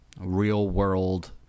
real-world